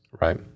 right